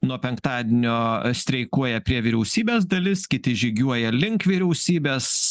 nuo penktadienio streikuoja prie vyriausybės dalis kiti žygiuoja link vyriausybės